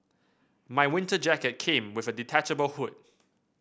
my winter jacket came with a detachable hood